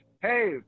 Hey